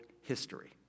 history